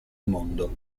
mondo